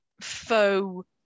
faux